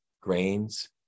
grains